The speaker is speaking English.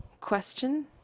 Question